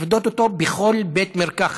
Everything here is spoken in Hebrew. לפדות אותו בכל בית מרקחת.